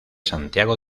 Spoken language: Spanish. santiago